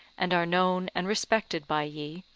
and are known and respected by ye,